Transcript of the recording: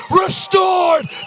restored